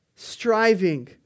Striving